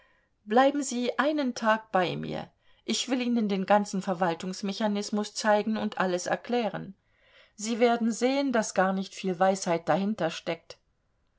bleiben sie einen tag bei mir ich will ihnen den ganzen verwaltungsmechanismus zeigen und alles erklären sie werden sehen daß gar nicht viel weisheit